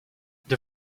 the